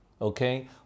okay